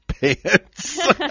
pants